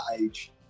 age